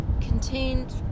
contained